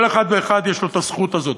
כל אחד ואחד יש לו הזכות הזאת.